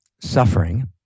suffering